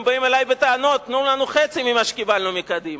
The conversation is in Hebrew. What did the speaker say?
הם באים אלי בטענות: תנו לנו חצי ממה שקיבלנו מקדימה.